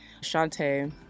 Shantae